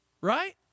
right